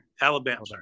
Alabama